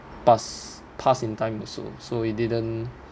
pass pass in time also so it didn't